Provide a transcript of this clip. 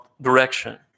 direction